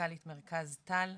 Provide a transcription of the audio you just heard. מנכ"לית מרכז טל,